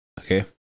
Okay